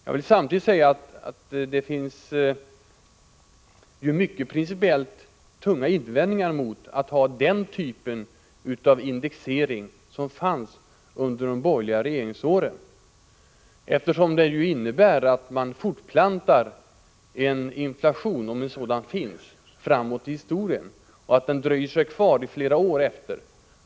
Jag vill samtidigt säga att det finns starka principiella invändningar mot att ha den typ av indexering som tillämpades under de borgerliga regeringsåren, eftersom den innebär att man fortplantar en inflation, om en sådan finns, så att den dröjer sig kvar flera år efter att åtgärden vidtagits.